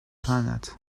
planet